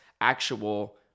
actual